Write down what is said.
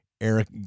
Eric